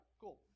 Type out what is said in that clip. cool